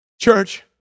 Church